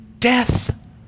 death